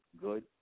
good